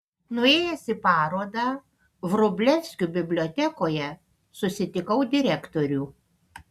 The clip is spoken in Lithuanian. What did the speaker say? nuėjęs į parodą vrublevskių bibliotekoje susitikau direktorių